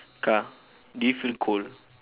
ka do you feel cold